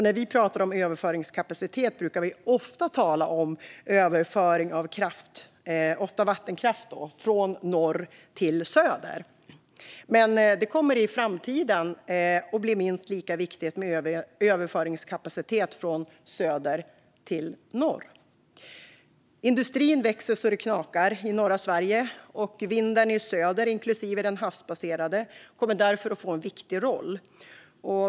När vi pratar om överföringskapacitet talar vi ofta om överföring av kraft - ofta vattenkraft - från norr till söder, men det kommer i framtiden att bli minst lika viktigt med överföringskapacitet från söder till norr. Industrin växer så att det knakar i norra Sverige, och vindkraften i söder - inklusive den havsbaserade - kommer därför att få en viktig roll.